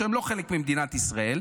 שהם לא חלק ממדינת ישראל,